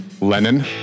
Lenin